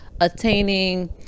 attaining